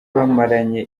bamaranye